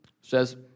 says